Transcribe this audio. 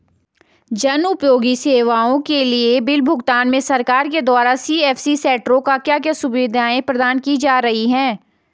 जन उपयोगी सेवाओं के बिल भुगतान में सरकार के द्वारा सी.एस.सी सेंट्रो को क्या क्या सुविधाएं प्रदान की जा रही हैं?